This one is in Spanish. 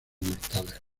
mortales